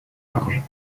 large